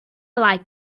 like